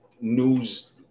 news